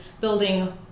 building